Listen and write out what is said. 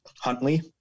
Huntley